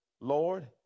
Lord